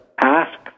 ask